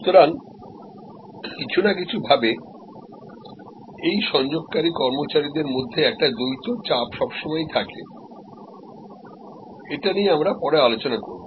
সুতরাং কিছু না কিছু ভাবে এই সংযোগকারী কর্মচারীদের একটা দ্বৈত চাপ সবসময়ই থাকেএটা নিয়ে আমরা পরে আলোচনা করব